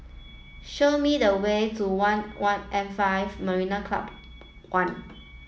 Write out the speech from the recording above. show me the way to One one and five Marina Club One